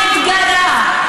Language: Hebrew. מתגרה,